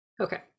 Okay